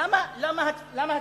למה הצביעות?